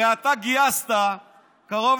הרי אתה גייסת קרוב